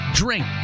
drink